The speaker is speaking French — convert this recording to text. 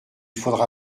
faudra